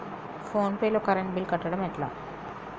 Phone pay లో current bill కట్టడం ఎట్లా?